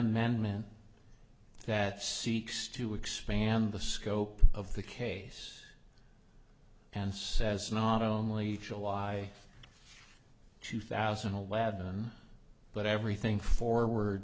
amendment that seeks to expand the scope of the case and says not only july two thousand and eleven but everything forward